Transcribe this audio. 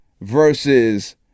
versus